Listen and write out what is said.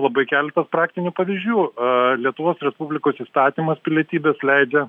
labai keletas praktinių pavyzdžių lietuvos respublikos įstatymas pilietybės leidžia